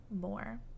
more